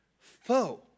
foe